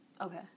Okay